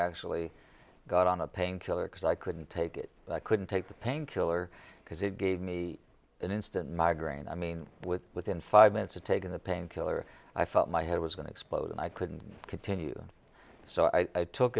actually got on a painkiller because i couldn't take it i couldn't take the pain killer because it gave me an instant migraine i mean with within five minutes of taking the painkiller i felt my head was going to explode and i couldn't continue so i took